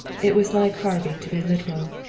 it was like harvey to be literal.